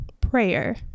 prayer